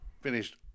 finished